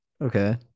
Okay